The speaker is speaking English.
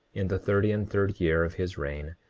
in the thirty and third year of his reign,